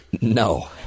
No